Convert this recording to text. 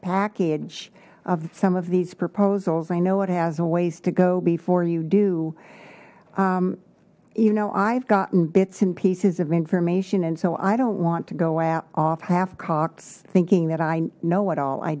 package of some of these proposals i know it has a ways to go before you do you know i've gotten bits and pieces of information and so i don't want to go out off half cocked thinking that i know it all i